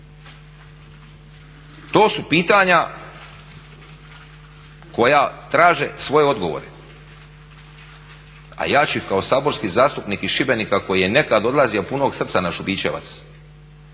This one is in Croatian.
to su pitanja koja traže svoje odgovore. A ja ću ih kao saborski zastupnik iz Šibenika koji je nekad odlazio punog srca na Šubićevac